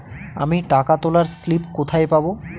আমি টাকা তোলার স্লিপ কোথায় পাবো?